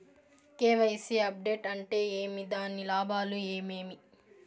KYC update అంటే ఏమి? దాని లాభాలు ఏమేమి?